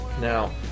now